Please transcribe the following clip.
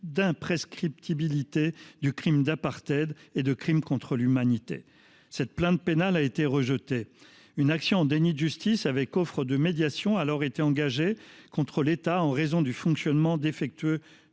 l’imprescriptibilité du crime d’apartheid et des crimes contre l’humanité. Cette plainte pénale a été rejetée. Une action en déni de justice avec offre de médiation a alors été engagée contre l’État en raison du fonctionnement défectueux